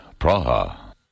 Praha